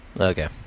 okay